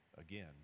again